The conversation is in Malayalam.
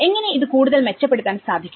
എങ്ങനെ ഇത് കൂടുതൽ മെച്ചപ്പെടുത്താൻ സാധിക്കും